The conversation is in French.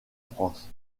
france